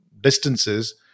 distances